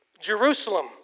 Jerusalem